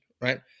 right